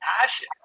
passion